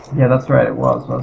yeah that's right it was, ah